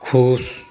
खुश